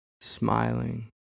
smiling